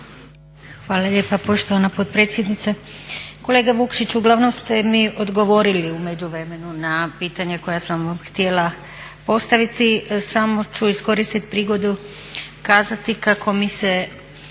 Hvala lijepa poštovana potpredsjednice. Kolega Vukšić, uglavnom ste mi odgovorili u međuvremenu na pitanja koja sam vam htjela postaviti. Samo ću iskoristiti prigodu kazati kako mi se